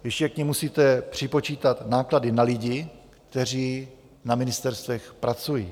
Ještě k nim musíte připočítat náklady na lidi, kteří na ministerstvech pracují.